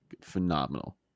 phenomenal